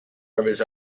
rivers